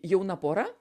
jauna pora